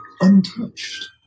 untouched